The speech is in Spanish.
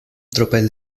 tropel